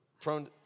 prone